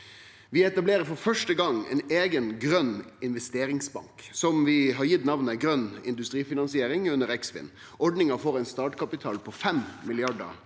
Vi etablerer for første gong ein eigen grøn investeringsbank som vi har gitt namnet Grøn industrifinansiering, under Eksfin. Ordninga får ein startkapital på 5 mrd. kr.